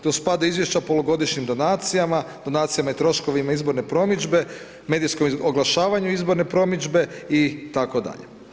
Tu spada izvješća o polugodišnjim donacijama, donacijama i troškovima izborne promidžbe, medijskog oglašavanja izborne promidžbe itd.